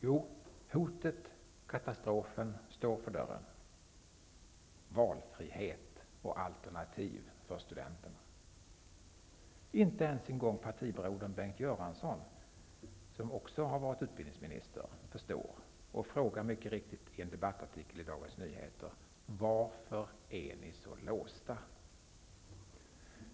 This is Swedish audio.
Jo, hotet och katastrofen står för dörren, nämligen valfrihet och alternativ för studenterna. Inte ens partibrodern Bengt Göransson, som också har varit utbildningsminister, förstår någonting. Han frågar mycket riktigt i en debattartikel i Dagens Nyheter: Varför är ni så låsta?